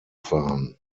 fahren